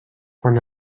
quan